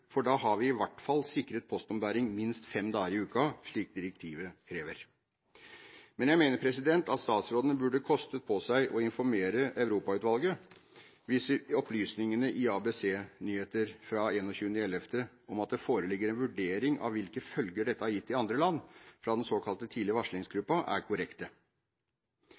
for da har vi i hvert fall sikret postombæring minst fem dager i uka, slik direktivet krever. Men jeg mener at statsråden burde kostet på seg å informere Europautvalget hvis opplysningene i ABC-nyhetene fra 21. november om at det foreligger en vurdering av hvilke følger det har gitt i andre land, fra den såkalte tidlig-varslings-gruppa, er korrekte.